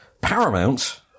Paramount